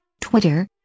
Twitter